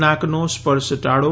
નાક નો સ્પર્શ ટાળો